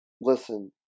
listen